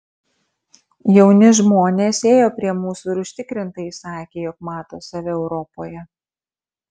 jauni žmonės ėjo prie mūsų ir užtikrintai sakė jog mato save europoje